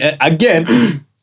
again